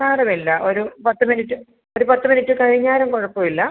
സാരമില്ല ഒരു പത്ത് മിനിറ്റ് ഒരു പത്ത് മിനിറ്റ് കഴിഞ്ഞാലും കുഴപ്പം ഇല്ല